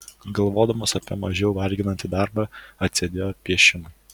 galvodamas apie mažiau varginantį darbą atsidėjo piešimui